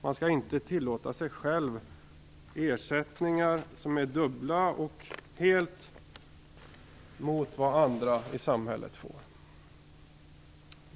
Man skall inte tillåta sig själv ersättningar som är dubbla och helt motsatta det andra i samhället får.